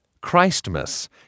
Christmas